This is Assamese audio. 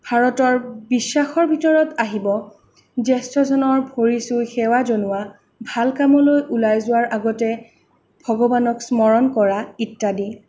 ভাৰতৰ বিশ্বাসৰ ভিতৰত আহিব জ্যেষ্ঠজনৰ ভৰি চুই সেৱা জনোৱা ভাল কামলৈ ওলাই যোৱাৰ আগতে ভগৱানক স্মৰণ কৰা ইত্যাদি